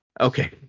Okay